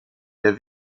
der